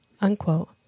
Unquote